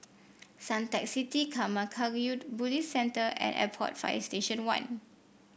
Suntec City Karma Kagyud Buddhist Centre and Airport Fire Station One